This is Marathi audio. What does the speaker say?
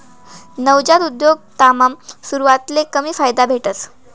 नवजात उद्योजकतामा सुरवातले कमी फायदा भेटस